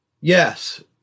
yes